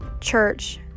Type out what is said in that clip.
church